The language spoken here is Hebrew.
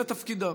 זה תפקידה.